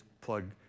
plug